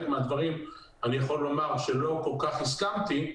מהדברים אני יכול לומר שלא כל כך הסכמתי.